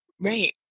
Right